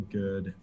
good